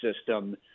system